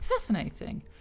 Fascinating